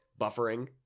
buffering